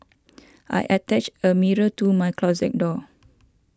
I attached a mirror to my closet door